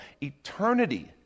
Eternity